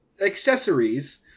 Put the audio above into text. accessories